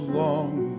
long